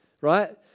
right